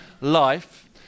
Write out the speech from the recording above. life